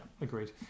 agreed